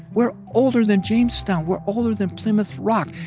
we're older than jamestown. we're older than plymouth rock.